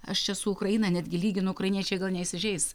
aš čia su ukraina netgi lyginu ukrainiečiai gal neįsižeis